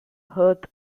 hearth